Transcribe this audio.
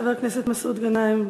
חבר הכנסת מסעוד גנאים,